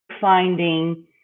finding